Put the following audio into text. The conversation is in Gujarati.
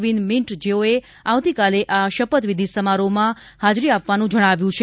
વીન મીન્ટ જેઓએ આવતીકાલે આ શપથવિધી સમારોહમાં હાજરી આપવાનું જણાવ્યું છે